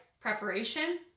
preparation